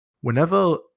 whenever